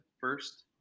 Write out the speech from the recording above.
first